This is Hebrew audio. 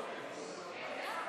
העונשין (תיקון, חלופת מאסר